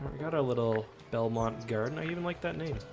got our little belmont garden i even like that name